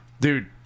Dude